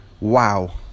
wow